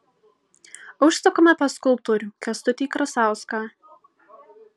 užsukame pas skulptorių kęstutį krasauską